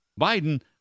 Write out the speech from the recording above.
Biden